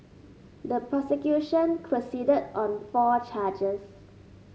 the prosecution proceeded on four charges